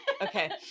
Okay